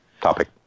topic